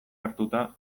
hartuta